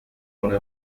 una